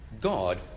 god